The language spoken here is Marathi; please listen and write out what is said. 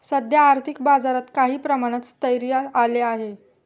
सध्या आर्थिक बाजारात काही प्रमाणात स्थैर्य आले आहे